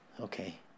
Okay